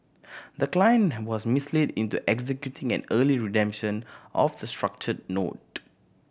the client was misled into executing an early redemption of the structured note